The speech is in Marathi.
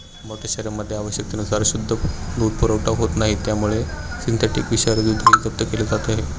मोठ्या शहरांमध्ये आवश्यकतेनुसार शुद्ध दूध पुरवठा होत नाही त्यामुळे सिंथेटिक विषारी दूधही जप्त केले जात आहे